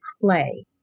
play